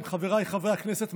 חבריי חברי הכנסת,